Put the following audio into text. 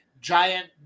giant